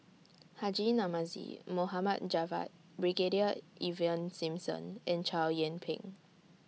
Haji Namazie Mohd Javad Brigadier Ivan Simson and Chow Yian Ping